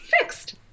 fixed